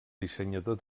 dissenyador